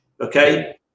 Okay